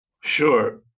Sure